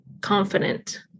confident